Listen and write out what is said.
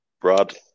Brad